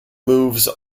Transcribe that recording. moves